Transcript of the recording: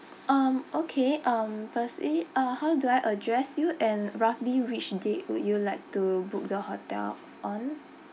um okay um firstly uh how do I address you and roughly which date would you like to book the hotel on